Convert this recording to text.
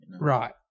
Right